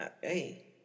Hey